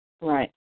Right